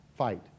Fight